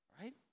Right